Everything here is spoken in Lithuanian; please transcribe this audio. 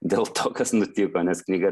dėl to kas nutiko nes knyga